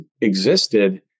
existed